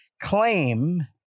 claim